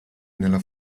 nella